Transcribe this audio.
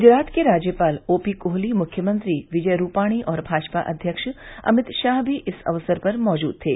गुजरात के राज्यपाल ओ पी कोहली मुख्यमंत्री विजय रूपाणी और भाजपा अध्यक्ष अमित शाह भी इस अवसर पर मौजूद थे